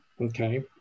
Okay